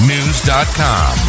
News.com